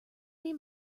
mean